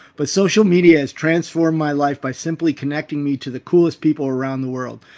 but social media has transformed my life by simply connecting me to the coolest people around the world.